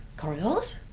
coriolis?